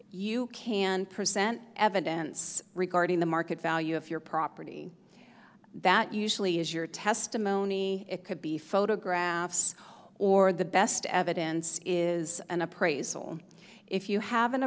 you can present evidence regarding the market value of your property that usually is your testimony it could be photographs or the best evidence is an appraisal if you have an